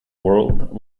world